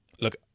Look